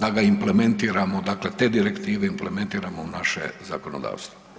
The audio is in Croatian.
da ga implementiramo dakle te direktive implementiramo u naše zakonodavstvo.